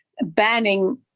banning